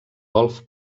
golf